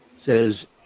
says